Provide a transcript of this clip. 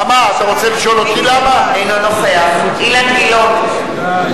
אינו נוכח אילן גילאון,